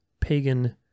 pagan